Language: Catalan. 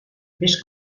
vés